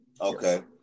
Okay